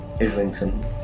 Islington